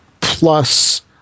plus